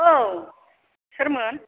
औ सोरमोन